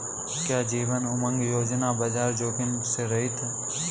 क्या जीवन उमंग योजना बाजार जोखिम से रहित है?